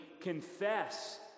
confess